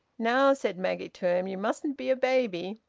now, said maggie to him, you mustn't be a baby!